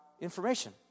information